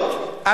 על התייקרות,